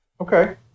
Okay